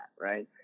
right